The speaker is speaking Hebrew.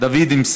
מדבר.